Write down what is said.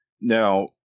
Now